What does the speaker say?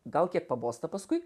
gal kiek pabosta paskui